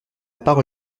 parole